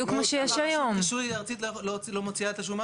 שהואצלה אליה הסמכות.